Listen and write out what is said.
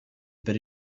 per